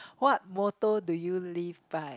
what motor do you leave by